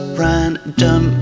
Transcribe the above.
random